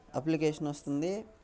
application వస్తుంది